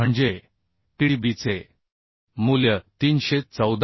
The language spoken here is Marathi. म्हणजे Tdbचे मूल्य 314